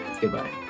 Goodbye